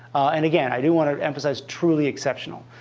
and again, i do want to emphasize truly exceptional.